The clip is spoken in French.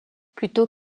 plutôt